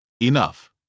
Enough